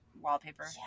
wallpaper